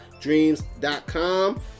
Dreams.com